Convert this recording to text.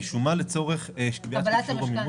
היא שומה לצורך קביעת אישור המימון,